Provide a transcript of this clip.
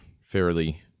fairly